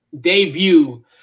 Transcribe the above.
debut